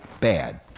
bad